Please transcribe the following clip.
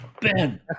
Ben